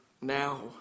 now